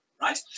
Right